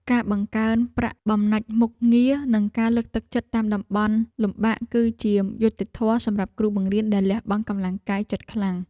ការបង្កើនប្រាក់បំណាច់មុខងារនិងការលើកទឹកចិត្តតាមតំបន់លំបាកគឺជាយុត្តិធម៌សម្រាប់គ្រូបង្រៀនដែលលះបង់កម្លាំងកាយចិត្តខ្លាំង។